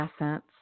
essence